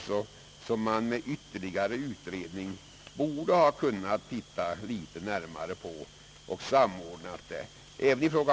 Sådana här saker borde man ha kunnat utreda ytterligare, så att en samordning hade kommit till stånd.